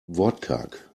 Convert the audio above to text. wortkarg